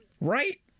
Right